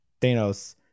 Thanos